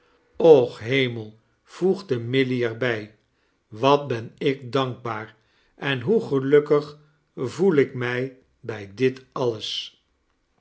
ch hemell voegde milly er bij wat ben ik dankbaar en hoe gelukkig voel ik mij bij dit alles